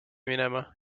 minema